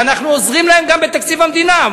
ואנחנו עוזרים להם גם בתקציב המדינה.